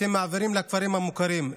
אתם מעבירים לכפרים המוכרים.